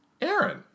Aaron